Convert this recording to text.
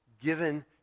given